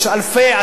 יש אלפי,